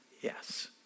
Yes